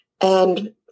And-